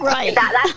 Right